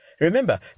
Remember